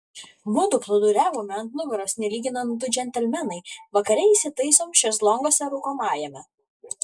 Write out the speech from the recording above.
mudu plūduriavome ant nugaros nelyginant du džentelmenai vakare įsitaisom šezlonguose rūkomajame